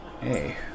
Hey